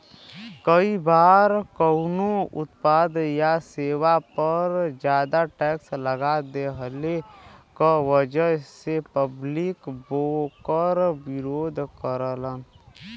कई बार कउनो उत्पाद या सेवा पर जादा टैक्स लगा देहले क वजह से पब्लिक वोकर विरोध करलन